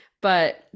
but-